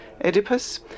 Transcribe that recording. oedipus